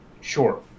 Sure